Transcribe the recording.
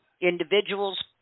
individuals